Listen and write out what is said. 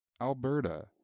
Alberta